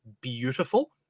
beautiful